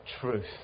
truth